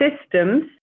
systems